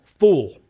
fool